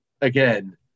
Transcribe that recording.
again